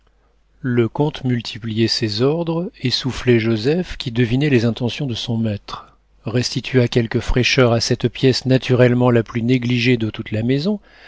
le comte multipliait ses ordres essoufflait joseph qui devinant les intentions de son maître restitua quelque fraîcheur à cette pièce naturellement la plus négligée de toute la maison